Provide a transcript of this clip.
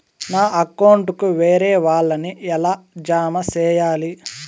నా అకౌంట్ కు వేరే వాళ్ళ ని ఎలా జామ సేయాలి?